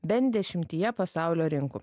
bent dešimtyje pasaulio rinkų